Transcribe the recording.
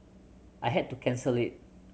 I had to cancel it